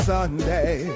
Sunday